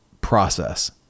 process